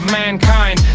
mankind